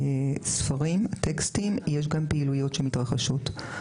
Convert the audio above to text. קריאת הספרים, יש גם פעילויות שמתרחשות.